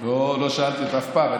לא שאלתי אותו אף פעם.